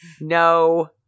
No